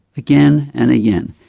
again and again!